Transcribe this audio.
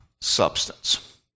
substance